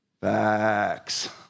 Facts